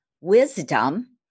wisdom